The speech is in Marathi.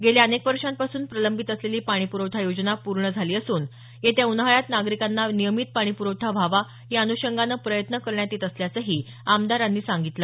गेल्या अनेक वर्षापासून प्रलंबित असलेली पाणी पुरवठा योजना पूर्ण झाली असून येत्या उन्हाळ्यात नागरिकांना नियमीत पाणी प्रवठा व्हावा या अनुषंगाने प्रयत्न करण्यात येत असल्याचंही आमदारांनी सांगितलं